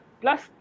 Plus